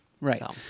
right